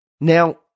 Now